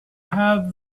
have